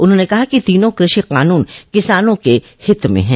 उन्होंने कहा कि तीनों कृषि कानून किसानों के हित में हैं